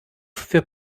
für